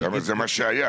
אבל זה מה שהיה.